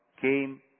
came